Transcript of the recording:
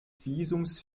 visums